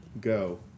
Go